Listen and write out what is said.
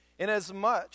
Inasmuch